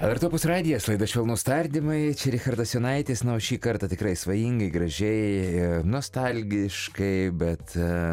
lrt opus radijas laida švelnūs tardymai čia richardas jonaitis na o šį kartą tikrai svajingai gražiai nostalgiškai bet